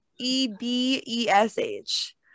E-B-E-S-H